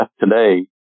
today